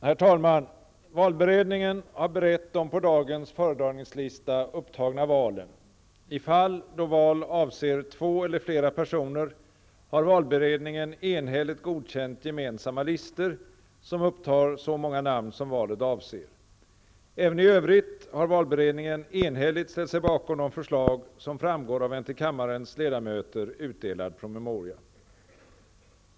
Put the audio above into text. Herr talman! Valberedningen har berett de på dagens föredragningslista upptagna valen. I fall då val avser två eller flera personer har valberedningen enhälligt godkänt gemensamma listor, som upptar så många namn som valet avser. Även i övrigt har valberedningen enhälligt ställt sig bakom de förslag som framgår av en till kammarens ledamöterna utdelad promemoria.